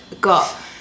got